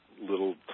little